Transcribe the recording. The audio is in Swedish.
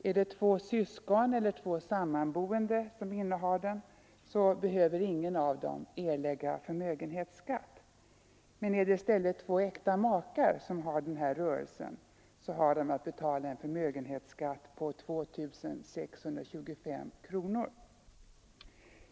Är det två syskon eller två sammanboende som innehar den, så behöver ingen av dem erlägga förmögenhetsskatt. Men är det i stället två äkta makar som har denna rörelse, så har de att betala en förmögenhetsskatt på 2 625 kronor.